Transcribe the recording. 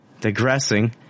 Digressing